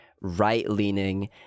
right-leaning